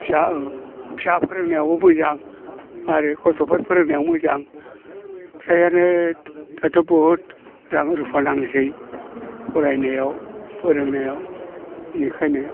फिसा औ फिसा फोरोंनायावबो मोजां आरो गथ'फोर फोरोंनायाव मोजां फ्रायानो दाथ' बहुद रां रुफा नांसै फरायनायाव फोरोंनायाव बिनिखायनो